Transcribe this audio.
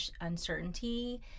uncertainty